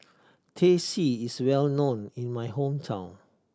Teh C is well known in my hometown